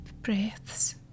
breaths